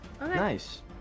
Nice